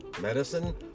medicine